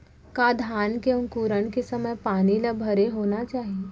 का धान के अंकुरण के समय पानी ल भरे होना चाही?